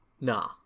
Nah